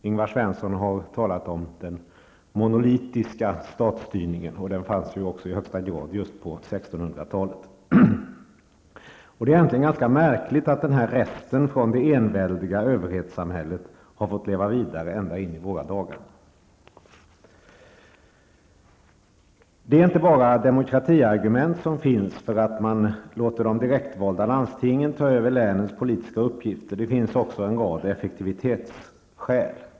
Ingvar Svensson har talat om den monolitiska statsstyrningen, och den fanns i allra högsta grad på 1600-talet. Det är egentligen ganska märkligt att denna rest från det enväldiga överhetssamhället har fått leva vidare ända in i våra dagar. Det är inte bara demokratiargument som finns för att låta de direktvalda landstingen ta över länens politiska uppgifter, det finns också en rad effektivitetsskäl.